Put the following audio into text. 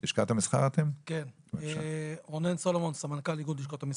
שלום, אני סמנכ"ל איגוד לשכות המסחר.